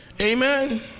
Amen